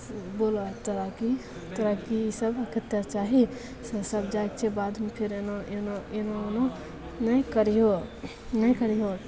ई बोलऽ तोरा कि तोरा किसब कतेक चाही से सब जाइके छै बादमे फेर एना एना एना नहि करिहो नहि करिहो